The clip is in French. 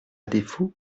défaut